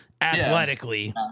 athletically